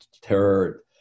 terror